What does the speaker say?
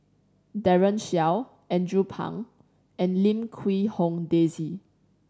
Daren Shiau Andrew Phang and Lim Quee Hong Daisy